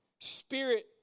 spirit